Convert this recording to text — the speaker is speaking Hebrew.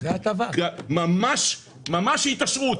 ממש התעשרות.